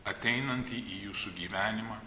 ateinantį į jūsų gyvenimą